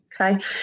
Okay